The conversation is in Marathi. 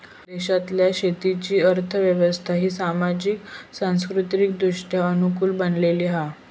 भारतातल्या शेतीची अर्थ व्यवस्था ही सामाजिक, सांस्कृतिकदृष्ट्या अनुकूल बनलेली हा